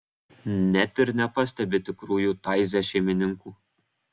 net ir nepastebi tikrųjų taize šeimininkų